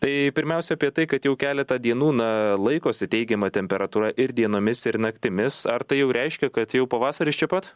tai pirmiausia apie tai kad jau keletą dienų na laikosi teigiama temperatūra ir dienomis ir naktimis ar tai jau reiškia kad jau pavasaris čia pat